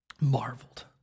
marveled